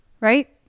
Right